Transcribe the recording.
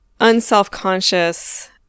unselfconscious